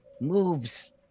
moves